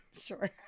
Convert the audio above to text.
Sure